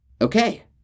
Okay